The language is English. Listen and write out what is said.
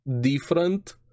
different